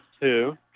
two